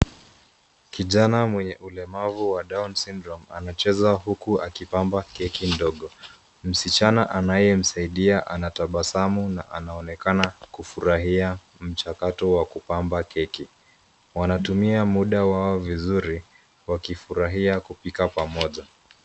Kijana mwenye ulemavu wa Down's Syndrome anacheza huku akipamba keki ndogo. Msichana anayemsaidia anatabasamu na anaonekana kufurahia mchakato wa kupamba keki. Wanatumia muda wao vizuri wakifurahia kupika pamoja.